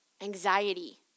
anxiety